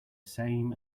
same